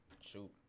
Shoot